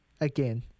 again